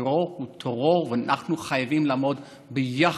הטרור הוא טרור, ואנחנו חייבים לעמוד ביחד,